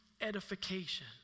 edification